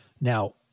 Now